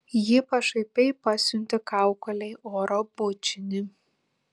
ji pašaipiai pasiuntė kaukolei oro bučinį